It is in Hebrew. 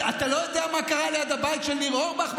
אתה לא יודע מה קרה ליד הבית של ניר אורבך?